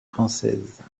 françaises